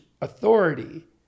authority